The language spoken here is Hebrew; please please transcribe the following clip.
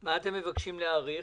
מה אתם מבקשים להאריך?